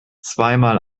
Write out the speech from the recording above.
zweimal